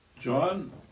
John